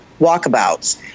walkabouts